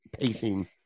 pacing